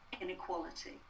inequality